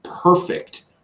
perfect